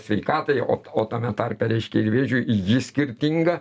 sveikatai o o tame tarpe reiškia ir vėžiui ji skirtinga